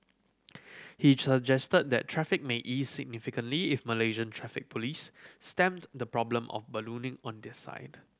he suggested that traffic may ease significantly if Malaysian Traffic Police stemmed the problem of ballooning on their side